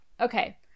okay